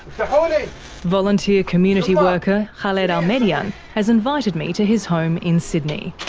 but volunteer community worker khaled al-medyan has invited me to his home in sydney.